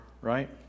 right